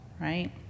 right